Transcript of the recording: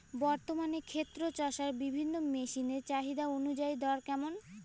বর্তমানে ক্ষেত চষার বিভিন্ন মেশিন এর চাহিদা অনুযায়ী দর কেমন?